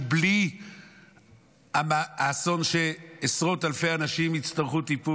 בלי האסון שעשרות אלפי אנשים יצטרכו טיפול.